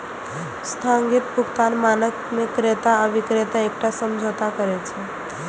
स्थगित भुगतान मानक मे क्रेता आ बिक्रेता एकटा समझौता करै छै